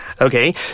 Okay